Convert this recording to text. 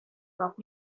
pop